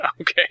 okay